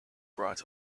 bright